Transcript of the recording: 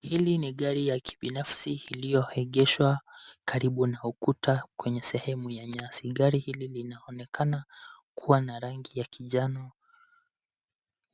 Hili ni gari ya kibinafsi iliyoegeshwa karibu na ukuta kwenye sehemu ya nyasi. Gari hili linaonekana kuwa na rangi ya kijano,